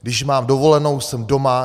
Když mám dovolenou, jsem doma.